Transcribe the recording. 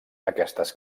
aquestes